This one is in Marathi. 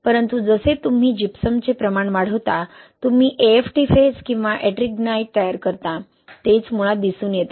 परंतु जसे तुम्ही जिप्समचे प्रमाण वाढवता तुम्ही AFT फेज किंवा Ettringite तयार करता तेच मुळात दिसून येत आहे